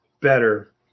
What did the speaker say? better